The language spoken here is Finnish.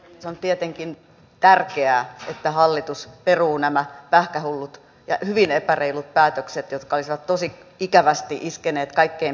se on tietenkin tärkeää että hallitus peruu nämä pähkähullut ja hyvin epäreilut päätökset jotka isä tosi ikävästi iskeneet kaikkein